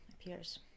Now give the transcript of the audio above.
appears